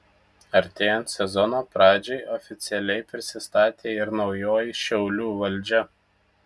artėjant sezono pradžiai oficialiai prisistatė ir naujoji šiaulių valdžia